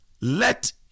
let